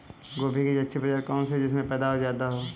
गोभी की अच्छी प्रजाति कौन सी है जिससे पैदावार ज्यादा हो?